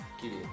kitty